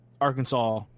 Arkansas